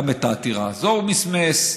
גם את העתירה הזו הוא מסמס.